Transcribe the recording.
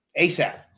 ASAP